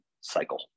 cycle